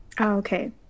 Okay